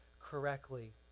correctly